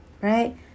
right